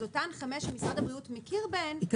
אז אותן חמש מעבדות שמשרד הבריאות מכיר בהן יוכלו לבצע.